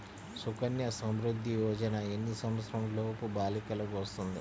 సుకన్య సంవృధ్ది యోజన ఎన్ని సంవత్సరంలోపు బాలికలకు వస్తుంది?